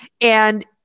And-